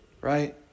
right